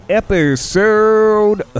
episode